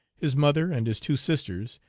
his mother and his two sisters,